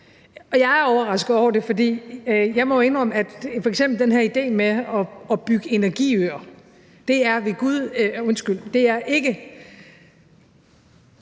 Jeg er overrasket over det, for jeg må indrømme, at f.eks. den her idé med at bygge energiøer var jeg ikke kommet på selv.